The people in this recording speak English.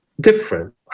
different